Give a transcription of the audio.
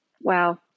Wow